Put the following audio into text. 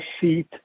seat